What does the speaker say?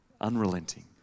unrelenting